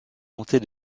montée